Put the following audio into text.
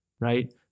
right